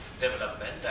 development